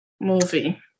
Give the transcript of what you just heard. movie